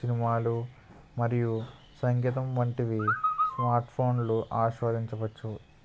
సినిమాలు మరియు సంగీతం వంటివి స్మార్ట్ ఫోన్లో ఆస్వాదించవచ్చు